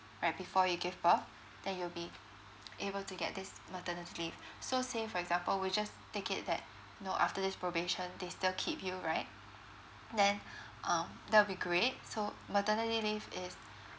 alright before you give birth then you'll be able to get this maternity leave so say for example we just take it that you know after this probation they still keep you right then um that'll be great so maternity leave is